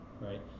right